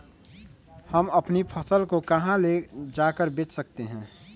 हम अपनी फसल को कहां ले जाकर बेच सकते हैं?